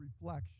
reflection